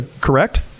correct